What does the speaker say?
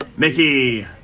Mickey